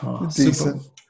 Decent